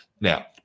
Now